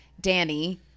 Danny